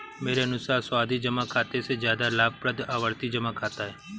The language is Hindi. मेरे अनुसार सावधि जमा खाते से ज्यादा लाभप्रद आवर्ती जमा खाता है